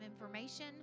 information